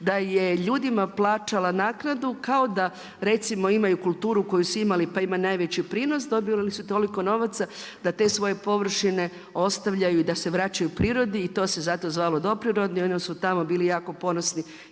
da je ljudima plaćala naknadu kao da recimo imaju kulturu koju su imali, pa ima najveći prinos, dobivali su toliko novaca da te svoje površine ostavljaju i da se vraćaju prirodi i to se zato zvalo doprirodni. Oni su tamo bili jako ponosni